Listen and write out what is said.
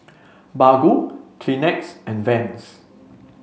Baggu Kleenex and Vans